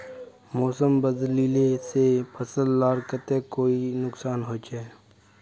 मौसम बदलिले से फसल लार केते कोई नुकसान होचए?